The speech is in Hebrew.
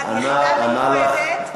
יחידה מיוחדת,